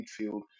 midfield